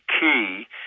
key